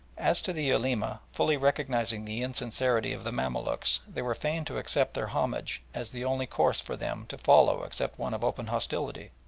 as to the ulema, fully recognising the insincerity of the mamaluks, they were fain to accept their homage as the only course for them to follow except one of open hostility,